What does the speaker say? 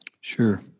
sure